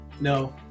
No